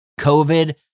COVID